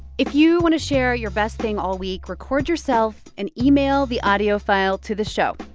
if you want to share your best thing all week, record yourself and email the audio file to the show.